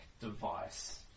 device